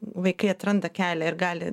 vaikai atranda kelią ir gali